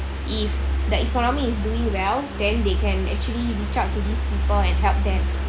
if the economy is doing well then they can actually reach out to these people and help them